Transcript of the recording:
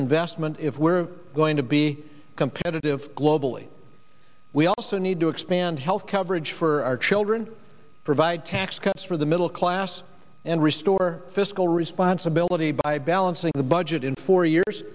investment if we're going to be competitive globally we also need to expand health coverage for our children provide tax cuts for the middle class and restore fiscal responsibility by balancing the budget in four years